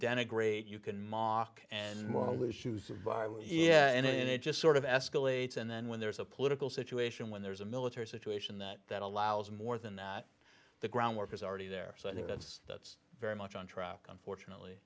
denigrate you can mock and moral issues yeah and then it just sort of escalates and then when there's a political situation when there's a military situation that that allows more than that the groundwork is already there so i think that's that's very much on track unfortunately